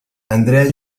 andreas